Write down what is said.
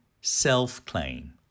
self-claim